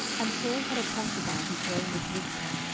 and saul had a concubine, whose name was rizpah,